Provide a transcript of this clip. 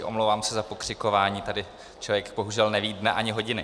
Omlouvám se za pokřikování, tady člověk bohužel neví dne ani hodiny.